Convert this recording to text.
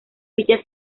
ficha